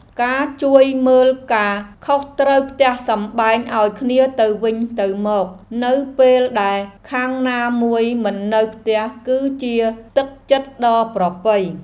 ការជួយមើលការខុសត្រូវផ្ទះសម្បែងឱ្យគ្នាទៅវិញទៅមកនៅពេលដែលខាងណាមួយមិននៅផ្ទះគឺជាទឹកចិត្តដ៏ប្រពៃ។